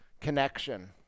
connection